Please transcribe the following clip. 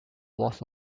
was